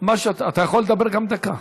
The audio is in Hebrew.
מה שאתה, אתה יכול לדבר גם דקה.